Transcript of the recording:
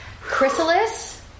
Chrysalis